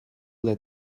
that